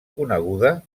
coneguda